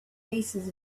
faces